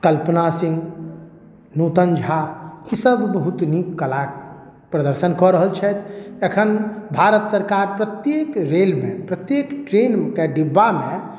कल्पना सिंह नूतन झा ई सब बहुत नीक कला प्रदर्शन कऽ रहल छथि अखन भारत सरकार प्रत्येक रेलमे प्रत्येक ट्रेनके डिब्बामे